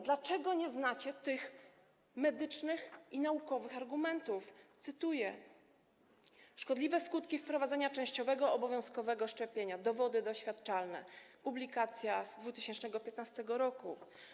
Dlaczego nie znacie tych medycznych i naukowych argumentów, cytuję, „Szkodliwe skutki wprowadzania częściowego obowiązkowego szczepienia, dowody doświadczalne”, publikacja z 2015 r.